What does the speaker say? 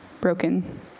broken